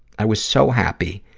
i was so happy,